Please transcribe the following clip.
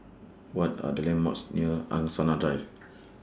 What Are The landmarks near Angsana Drive